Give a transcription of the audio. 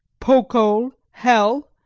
pokol hell,